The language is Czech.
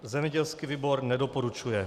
Zemědělský výbor nedoporučuje.